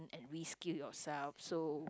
and reskill yourself so